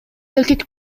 эркек